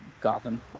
gotham